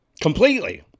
completely